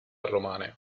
romane